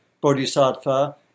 Bodhisattva